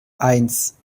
eins